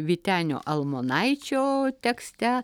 vytenio almonaičio tekste